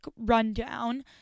rundown